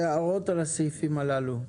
הוראות לסעיפים האלה שהוקראו.